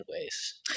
ways